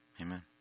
Amen